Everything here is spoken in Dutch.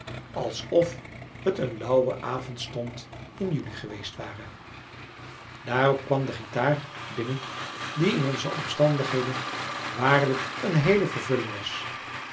alsof het een lauwe avondstond in juli geweest ware daarop kwam de gitaar binnen die in onze omstandigheden waarlijk een heele vervulling was